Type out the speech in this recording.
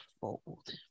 fold